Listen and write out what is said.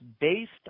based